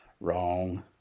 Wrong